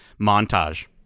montage